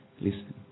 Listen